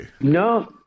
no